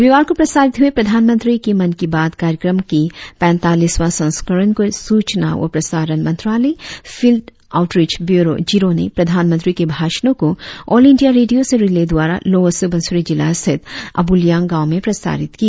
रविवार को प्रसारित हुए प्रधानमंत्री की मन की बात कार्यक्रम की पेंटालिसवा संस्करण को सुचना व प्रसारण मंत्रालय फिल्ड आऊटरिच ब्यूरो जिरो ने प्रधानमंत्री के भाषणो को आँल इंडिया रेडियो से रिले द्वारा लोअर सुबनसिरि जिला स्थित आबुलयांग गाँव में प्रसारित किया